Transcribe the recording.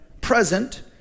present